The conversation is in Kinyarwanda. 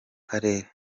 karere